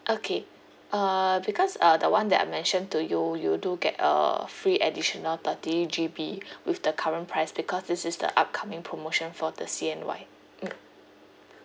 okay uh because uh the one that I mentioned to you you do get a free additional thirty G_B with the current price because this is the upcoming promotion for the C_N_Y mm